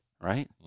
right